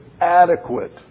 adequate